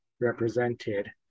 represented